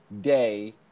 day